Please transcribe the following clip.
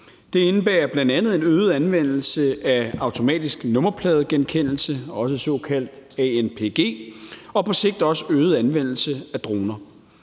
Det indebærer bl.a. en øget anvendelse af automatisk nummerpladegenkendelse, også kaldet anpg, og på sigt også øget anvendelse af droner.